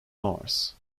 mars